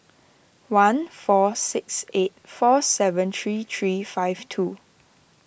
one four six eight four seven three three five two